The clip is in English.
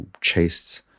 chased